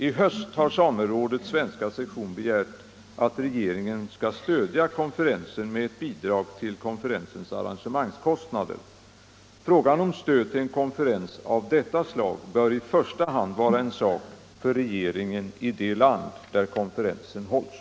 I höst har samerådets svenska sektion begärt att regeringen skall stödja 19 konferensen med ett bidrag till konferensens arrangemangskostnader. Frågan om stöd till en konferens av detta slag bör i första hand vara en sak för regeringen i det land där konferensen hålls.